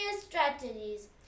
strategies